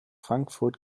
frankfurt